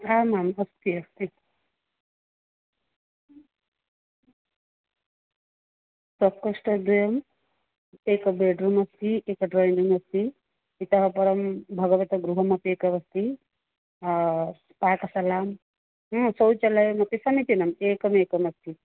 आमाम् अस्ति अस्ति प्रकोष्ठद्वयम् एकं बेड्रूम् अस्ति एकं ड्रैङ्ग् रूम् अस्ति इतःपरं भगवतः गृहमपि एकमस्ति पाकशाला शौचालयः अपि समीचीनम् एकम् एकम् अस्ति